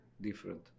different